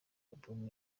album